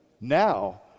now